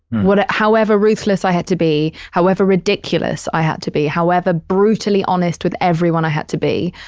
whatev, however ruthless i had to be, however ridiculous i had to be, however brutally honest with everyone i had to be.